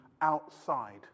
outside